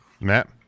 Matt